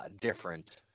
different